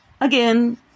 again